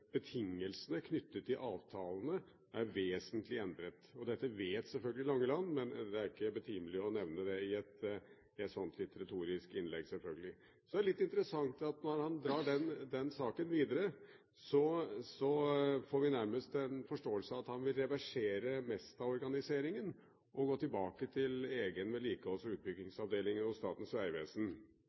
betingelsene knyttet til avtalene er vesentlig endret. Dette vet selvfølgelig Langeland, men det er ikke betimelig å nevne det i et litt retorisk innlegg, selvfølgelig. Det er litt interessant at når han drar den saken videre, får vi nærmest en forståelse av at han vil reversere Mesta-organiseringen og gå tilbake til egen vedlikeholds- og utbyggingsavdeling hos Statens vegvesen.